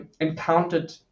encountered